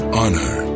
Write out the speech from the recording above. honor